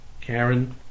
Karen